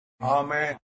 Amen